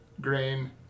grain